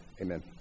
Amen